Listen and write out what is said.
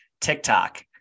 TikTok